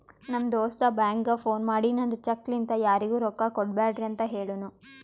ನಮ್ ದೋಸ್ತ ಬ್ಯಾಂಕ್ಗ ಫೋನ್ ಮಾಡಿ ನಂದ್ ಚೆಕ್ ಲಿಂತಾ ಯಾರಿಗೂ ರೊಕ್ಕಾ ಕೊಡ್ಬ್ಯಾಡ್ರಿ ಅಂತ್ ಹೆಳುನೂ